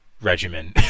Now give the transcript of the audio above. regimen